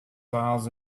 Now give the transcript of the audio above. files